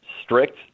strict